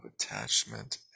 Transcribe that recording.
attachment